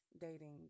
dating